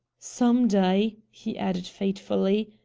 some day, he added fatefully,